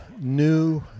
new